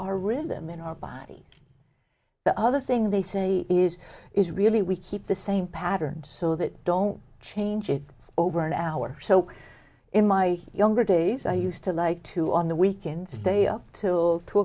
our rhythm in our body the other thing they say is is really we keep the same pattern so that don't change it over an hour so in my younger days i used to like to on the weekends stay up till two